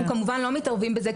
אנחנו כמובן לא מתערבים בזה,